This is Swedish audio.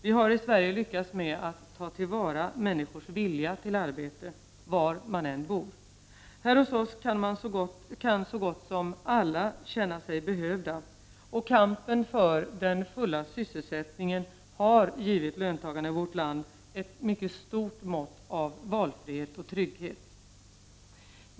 Vi har i Sverige lyckats med att ta till vara människors vilja till arbete, var man än bor. Här hos oss kan så gott som alla känna sig behövda, och kampen för den fulla sysselsättningen har givit löntagarna i vårt land ett mycket stort mått av valfrihet och trygghet.